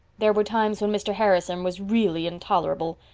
there were times when mr. harrison was really intolerable.